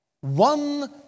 one